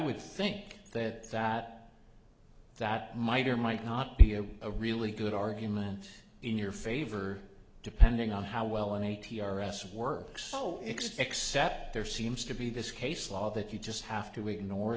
would think that that that might or might not be a a really good argument in your favor depending on how well an a t r s work so expects sat there seems to be this case law that you just have to ignore